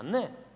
Ne.